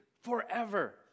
forever